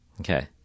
okay